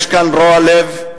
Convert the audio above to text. יש כאן רוע לב,